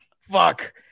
fuck